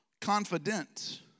confident